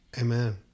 Amen